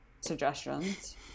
suggestions